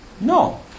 No